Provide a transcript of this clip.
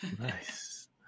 Nice